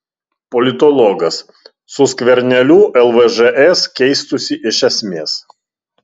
politologas su skverneliu lvžs keistųsi iš esmės